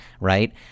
right